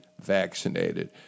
vaccinated